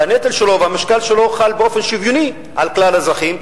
והנטל שלו והמשקל שלו חלים באופן שוויוני על כלל האזרחים,